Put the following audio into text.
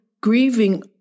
grieving